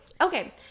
Okay